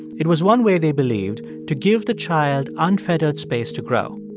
it was one way they believed to give the child unfettered space to grow.